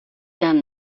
done